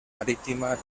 marítima